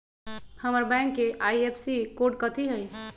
हमर बैंक के IFSC code कथि हई?